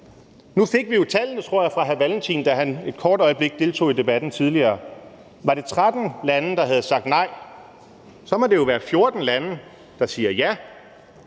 Nu fik vi jo tallet fra hr. Kim Valentin, tror jeg, da han et kort øjeblik deltog i debatten tidligere. Var det 13 lande, der havde sagt nej? Så må det jo være 14 lande, der siger ja,